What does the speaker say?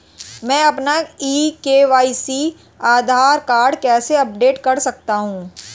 मैं अपना e KYC Aadhaar card कैसे अपडेट कर सकता हूँ?